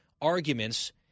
arguments